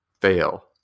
fail